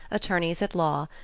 attorneys at law,